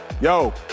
Yo